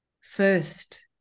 First